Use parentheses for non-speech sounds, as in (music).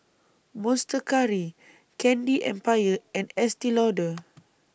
Monster Curry Candy Empire and Estee Lauder (noise)